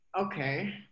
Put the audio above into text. Okay